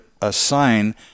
assign